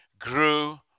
Grew